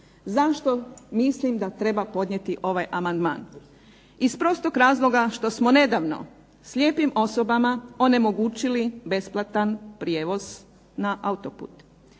Zašto mislim da treba podnijeti ovaj amandman? Iz prostog razloga što smo nedavno slijepim osobama onemogućili besplatan prijevoz na autoput,